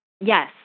Yes